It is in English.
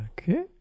Okay